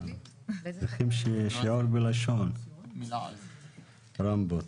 צריכים שיעור בלשון, רמפות.